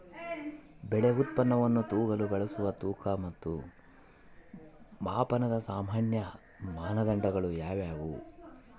ಬೆಳೆ ಉತ್ಪನ್ನವನ್ನು ತೂಗಲು ಬಳಸುವ ತೂಕ ಮತ್ತು ಮಾಪನದ ಸಾಮಾನ್ಯ ಮಾನದಂಡಗಳು ಯಾವುವು?